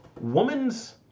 Woman's